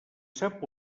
sap